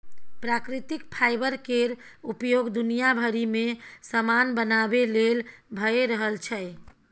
प्राकृतिक फाईबर केर उपयोग दुनिया भरि मे समान बनाबे लेल भए रहल छै